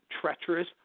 treacherous